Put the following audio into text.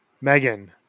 Megan